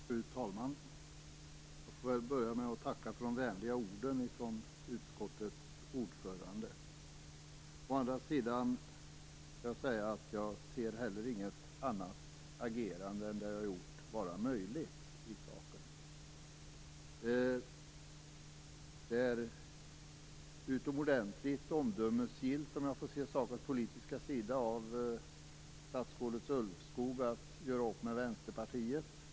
Fru talman! Jag får börja med att tacka för de vänliga orden från utskottets ordförande. Å andra sidan får jag säga att jag inte ser att något annat agerande än det jag har gjort i saken hade varit möjligt. Det är utomordentligt omdömesgillt, om jag ser till sakens politiska sida, av statsrådet Ulvskog att göra upp med Vänsterpartiet.